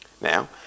Now